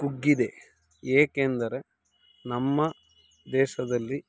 ಕುಗ್ಗಿದೆ ಏಕೆಂದರೆ ನಮ್ಮ ದೇಶದಲ್ಲಿ